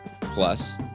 Plus